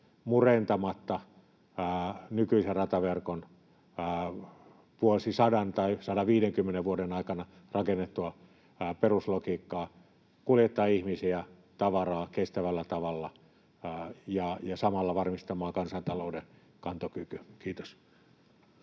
murentamatta nykyisen rataverkon vuosisadan tai 150 vuoden aikana rakennettua peruslogiikkaa kuljettaa ihmisiä ja tavaraa kestävällä tavalla ja samalla varmistamaan kansantalouden kantokyvyn. — Kiitos.